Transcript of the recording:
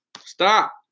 Stop